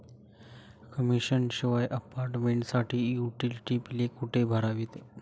Commission शिवाय अपार्टमेंटसाठी utility बिले कुठे भरायची?